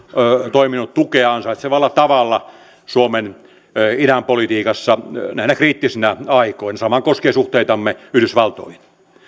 toiminut tukea ansaitsevalla tavalla suomen idänpolitiikassa näinä kriittisinä aikoina sama koskee suhteitamme yhdysvaltoihin